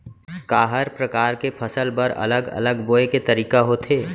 का हर प्रकार के फसल बर अलग अलग बोये के तरीका होथे?